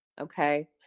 okay